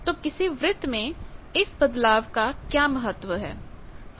तो किसी वृत्त में इस बदलाव का क्या महत्व है